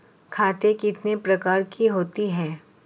खाते कितने प्रकार के होते हैं?